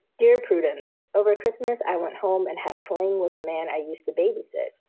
dear prudence, over christmas, i went home and had a fling with a man i used to babysit.